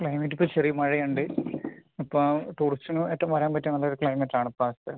climate ഇപ്പോൾ ചെറിയ മഴ ഉണ്ട് ഇപ്പം ടൂറിസ്റ്റിന് ഏറ്റവും വരാൻ പറ്റിയ നല്ല ഒരു ക്ലൈമറ്റ് ആണ് ഇപ്പോഴത്തേത്